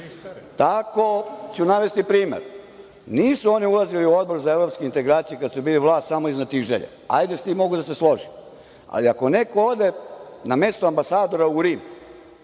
EU.Tako ću navesti primer, nisu oni ulazili u Odbor za evropske integracije, kada su bili vlast, samo iz znatiželje, ali ajde sa tim mogu i da se složim, ali ako neko ode na mesto ambasadora u Rim,